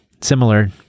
similar